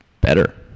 better